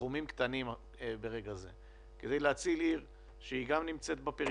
סכומים קטנים ברגע זה כדי להציל עיר שהיא גם נמצאת בפריפריה,